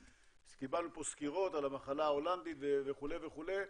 אז קיבלנו פה סקירות על המחלה ההולנדית וכו' וכו',